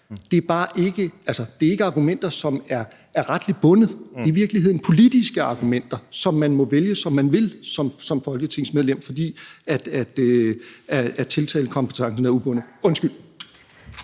Det er ikke argumenter, som er retligt bundet; det er i virkeligheden politiske argumenter, som man som folketingsmedlem må vælge, som man vil, fordi tiltalekompetencen er ubundet. Kl.